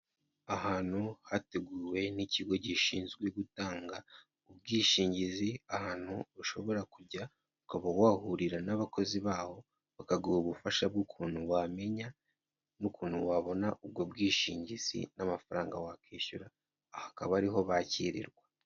Ahantu hateguwe n'ikigo gishinzwe gutanga ubwishingizi, ahantu bashobora kujya ukaba wahurira n'abakozi baho, bakaguha ubufasha bw'ukuntu wamenya n'ukuntu wabona ubwo bwishingizi n'amafaranga wakishyura, aha akaba ariho bakirirwa.